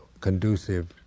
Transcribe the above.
conducive